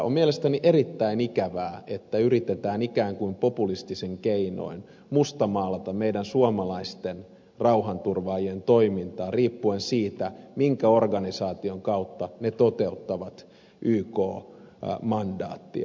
on mielestäni erittäin ikävää että yritetään ikään kuin populistisin keinoin mustamaalata meidän suomalaisten rauhanturvaajien toimintaa riippuen siitä minkä organisaation kautta ne toteuttavat yk mandaattia